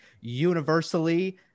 universally